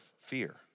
fear